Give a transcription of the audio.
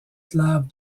slaves